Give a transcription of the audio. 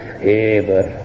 favor